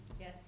Yes